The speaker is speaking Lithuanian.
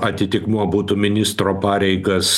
atitikmuo būtų ministro pareigas